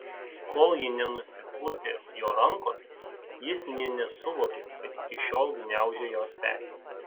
kol ji nenusipurtė jo rankos jis nė nesuvokė kad iki šiol gniaužė jos petį